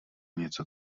něco